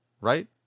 right